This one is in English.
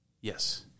Yes